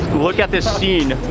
look at this scene.